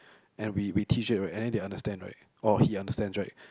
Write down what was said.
and we we teach it right and then they understand right or he understands right